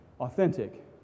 authentic